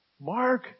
Mark